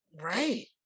right